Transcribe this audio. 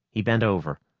he bent over,